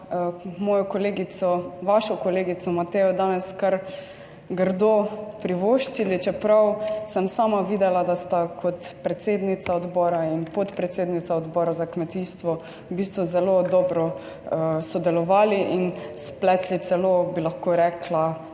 mojo kolegico, vašo kolegico Matejo danes kar grdo privoščili, čeprav sem sama videla, da sta kot predsednica odbora in podpredsednica Odbora za kmetijstvo, v bistvu zelo dobro sodelovali in spletli celo, bi lahko rekla,